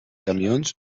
camions